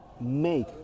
make